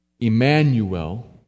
Emmanuel